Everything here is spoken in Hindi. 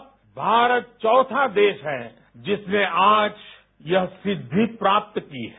अब भारत चौथा देश है जिसने आज यह सिद्धि प्राप्त की है